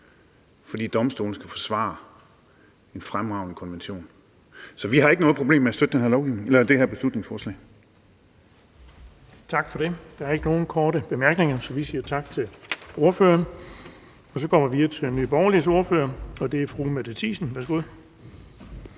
fordi domstolen skal forsvare en fremragende konvention. Så vi har ikke noget problem med at støtte det her beslutningsforslag. Kl. 21:49 Den fg. formand (Erling Bonnesen): Der er ikke nogen korte bemærkninger, så vi siger tak til ordføreren. Så går vi videre til Nye Borgerliges ordfører, og det er fru Mette Thiesen. Værsgo.